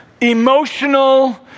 emotional